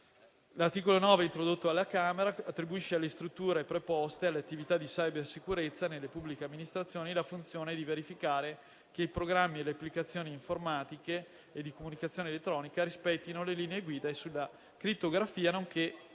L'articolo 9, introdotto dalla Camera, attribuisce alle strutture preposte alle attività di cybersicurezza nelle pubbliche amministrazioni la funzione di verificare che i programmi e le applicazioni informatiche e di comunicazione elettronica rispettino le linee guida sulla crittografia, nonché quelle